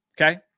Okay